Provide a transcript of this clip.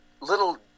little